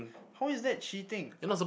how is that cheating